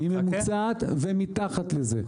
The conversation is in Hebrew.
היא ממוצעת ומתחת לזה.